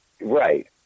Right